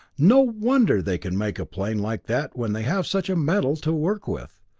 no wonder they can make a plane like that when they have such a metal to work with.